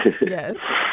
yes